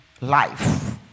life